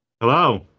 Hello